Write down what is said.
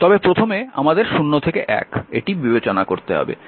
তবে প্রথমে আমাদের 0 থেকে 1 এটি বিবেচনা করতে হবে